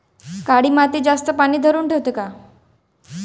काळी माती जास्त पानी धरुन ठेवते का?